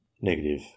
Negative